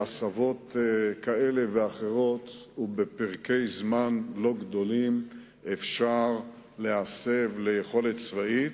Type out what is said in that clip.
בהסבות כאלה ואחרות ובפרקי זמן לא גדולים אפשר להסב אותה ליכולת צבאית,